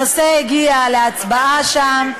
הנושא הגיע להצבעה שם,